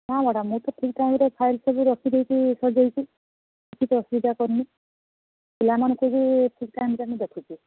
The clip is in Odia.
ହଁ ମ୍ୟାଡ଼ମ୍ ମୁଁ ତ ଠିକ୍ ଟାଇମ୍ରେ ଫାଇଲ୍ ସବୁ ରଖି ଦେଇଛି ସଜାଇକି କିଛି ତ ଅସୁବିଧା କରିନି ପିଲାମାନଙ୍କୁ ବି ଠିକ୍ ଟାଇମ୍ରେ ମୁଁ ଦେଖୁଛି